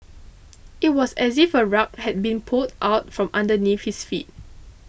it was as if a rug had been pulled out from underneath his feet